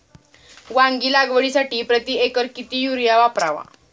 वांगी लागवडीसाठी प्रति एकर किती युरिया वापरावा?